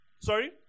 sorry